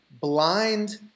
blind